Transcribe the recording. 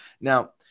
Now